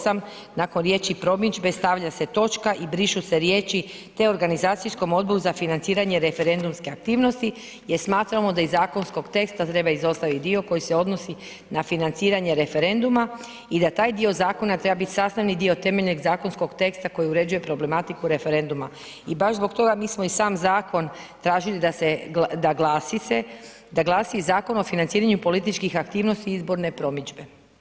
8. nakon riječi „promidžbe“ stavlja se točka i brišu se riječi „te organizacijskom odboru za financiranju referendumske aktivnosti“ jer smatramo da iz zakonskog teksta treba izostavit dio koji se odnosi na financiranje referenduma i da taj dio zakona treba bit sastavni dio temeljnog zakonskog teksta koji uređuje problematiku referenduma i baš zbog toga mi smo i sam zakon tražili da glasi Zakon o financiranju političkih aktivnosti i izborne promidžbe.